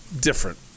different